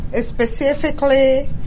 specifically